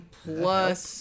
plus